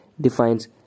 defines